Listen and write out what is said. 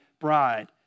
bride